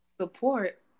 support